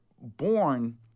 born